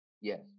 Yes